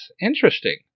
interesting